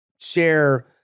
share